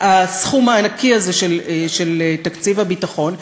הסכום הענקי הזה של תקציב הביטחון.